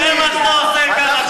זה מה שאתה עושה כאן עכשיו,